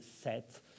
set